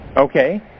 Okay